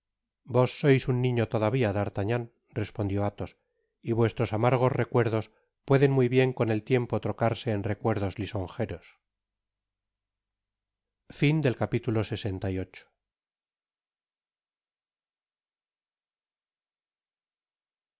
vos sois un niño todavia d'artagnan respondió athos y vuestros amargos recuerdos pueden muy bien con el tiempo trocarse en recuerdos lisonjeros